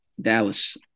Dallas